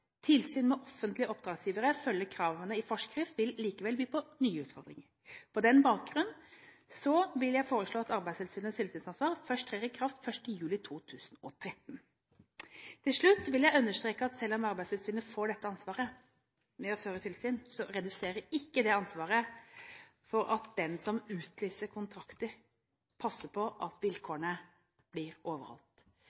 tilsyn med lønns- og arbeidsvilkår. Tilsyn med at offentlige oppdragsgivere følger kravene i forskrift vil likevel by på nye utfordringer. På den bakgrunn vil jeg foreslå at Arbeidstilsynets tilsynsansvar først trer i kraft 1. juli 2013. Til slutt vil jeg understreke at selv om Arbeidstilsynet får dette ansvaret med å føre tilsyn, reduserer ikke det ansvaret for at den som utlyser kontrakter, passer på at